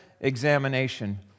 examination